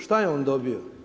Što je on dobio?